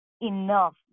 enough